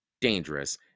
dangerous